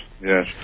yes